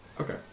Okay